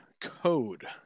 code